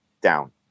down